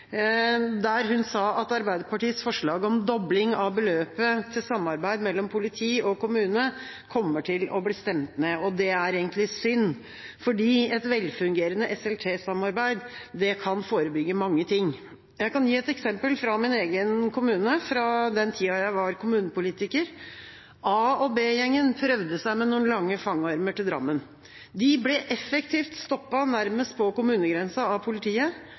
der hun sa at Arbeiderpartiets forslag om dobling av beløpet til samarbeid mellom politi og kommune kommer til å bli stemt ned. Det er egentlig synd, for et velfungerende SLT-samarbeid kan forebygge mange ting. Jeg kan gi et eksempel fra min egen kommune fra den tida jeg var kommunepolitiker. A- og B-gjengen prøvde seg med noen lange fangarmer til Drammen. De ble effektivt stoppet nærmest på kommunegrensen av politiet.